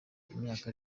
imyaka